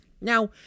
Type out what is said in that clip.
Now